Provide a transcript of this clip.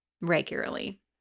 regularly